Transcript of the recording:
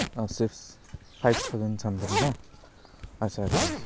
অ six five thousand something না আচ্ছা আচ্ছা আচ্ছা